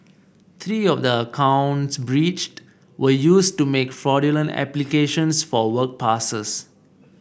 three of the accounts breached were used to make fraudulent applications for work passes